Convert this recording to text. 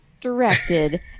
directed